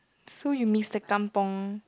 so you miss the Kampung